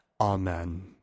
Amen